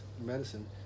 medicine